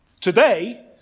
Today